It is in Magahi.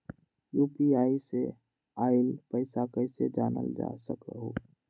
यू.पी.आई से आईल पैसा कईसे जानल जा सकहु?